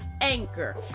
anchor